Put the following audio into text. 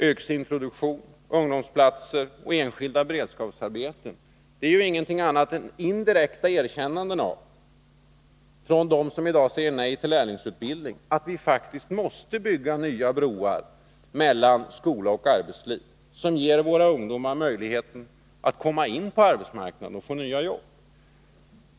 Yrkesintroduktionen, ungdomsplatser och enskilda beredskapsarbeten är ingenting annat än indirekta erkännanden från dem som säger nej till lärlingsutbildning att vi faktiskt måste bygga nya broar mellan skola och arbetsliv, som ger våra ungdomar möjligheter att komma in på arbetsmarknaden och få nya jobb.